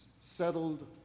settled